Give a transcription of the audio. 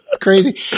crazy